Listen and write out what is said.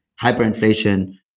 hyperinflation